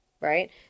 right